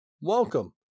welcome